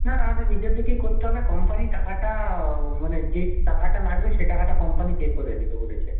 না আমাদের নিজেদেরকেই করতে হবে কোম্পানি টাকাটা মানে যে টাকাটা লাগবে সে টাকাটা কোম্পানি পে করে দেবে বলেছে